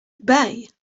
bai